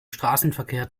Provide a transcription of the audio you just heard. straßenverkehr